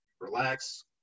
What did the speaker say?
relax